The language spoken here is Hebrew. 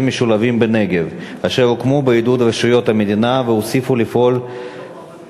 משולבים בנגב אשר הוקמו בעידוד רשויות המדינה והוסיפו לפעול